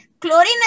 chlorine